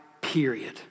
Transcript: period